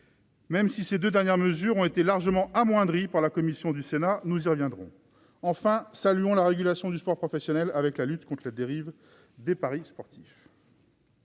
même si ces deux dernières mesures ont été largement amoindries par notre commission. Saluons, enfin, la régulation du sport professionnel, avec la lutte conte la dérive des paris sportifs.